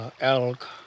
elk